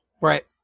Right